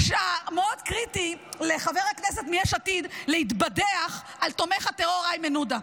מאוד קריטי לחבר כנסת מיש עתיד להתבדח על תומך הטרור איימן עודה.